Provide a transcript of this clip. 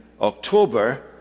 October